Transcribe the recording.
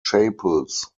chapels